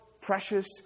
precious